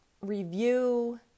review